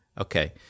Okay